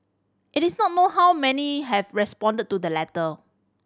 it is not known how many have responded to the letter